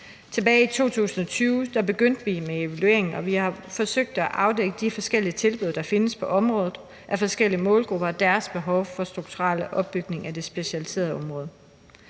Tilbage i 2020 begyndte vi med evalueringen, og vi har forsøgt at afdække de forskellige tilbud, der findes på området, til forskellige målgrupper og deres behov for en strukturel opbygning af det specialiserede område.